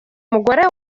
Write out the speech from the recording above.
umugore